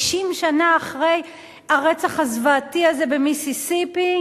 60 שנה אחרי הרצח הזוועתי הזה במיסיסיפי,